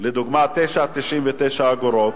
לדוגמה 9.99 אגורות,